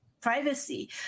privacy